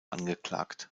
angeklagt